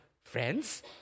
friends